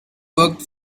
worked